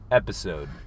Episode